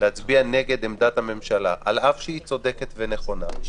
להצביע נגד עמדת הממשלה על אף שהיא צודקת והיא נכונה,